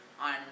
on